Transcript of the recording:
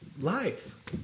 life